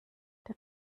der